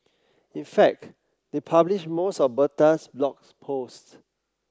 in fact they published most of Bertha's blogs posts